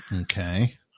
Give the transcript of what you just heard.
Okay